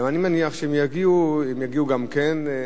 אני מניח שהם יגיעו, הם יגיעו גם כן.